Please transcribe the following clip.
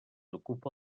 ocupa